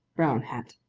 brown hat.